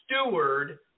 steward